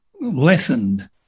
lessened